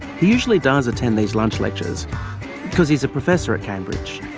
he usually does attend these lunch lectures because he is a professor at cambridge,